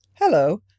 Hello